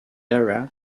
area